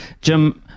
Jim